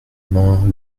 main